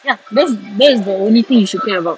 ya that's that is the only thing you should care about